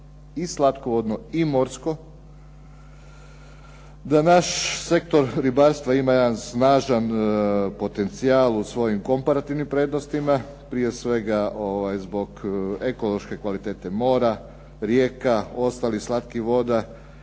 i slatkovodno i morsko, da naš sektor ribarstva ima snažan potencijal u svojim komparativnim prednostima, prije svega zbog ekološke kvalitete mora, rijeka, ostalih slatkih voda.